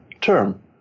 term